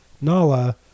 Nala